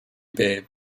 bay